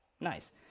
Nice